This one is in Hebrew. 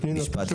פנינה,